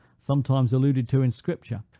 some times alluded to in scripture,